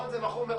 רון, זה מכור מראש.